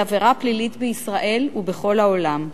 היא עבירה פלילית בישראל ובכל העולם.